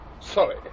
sorry